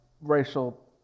racial